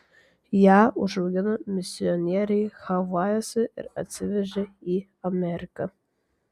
ją užaugino misionieriai havajuose ir atsivežė į ameriką